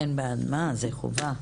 אין בעד מה, זה חובה.